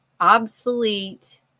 obsolete